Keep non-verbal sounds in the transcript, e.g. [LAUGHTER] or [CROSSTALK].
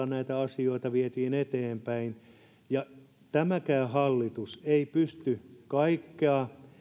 [UNINTELLIGIBLE] näitä asioita vietiin eteenpäin ja tämäkään hallitus ei pysty kaikkia